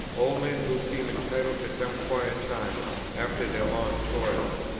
old men who seemed entitled to some quiet time after their long toil.